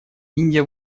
индия